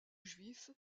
juifs